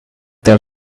that